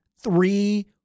Three